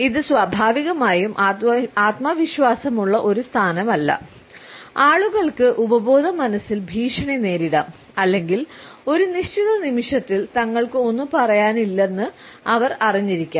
ഇത് സ്വാഭാവികമായും ആത്മവിശ്വാസമുള്ള ഒരു സ്ഥാനമല്ല ആളുകൾക്ക് ഉപബോധമനസ്സിൽ ഭീഷണി നേരിടാം അല്ലെങ്കിൽ ഒരു നിശ്ചിത നിമിഷത്തിൽ തങ്ങൾക്ക് ഒന്നും പറയാനില്ലെന്ന് അവർ അറിഞ്ഞിരിക്കാം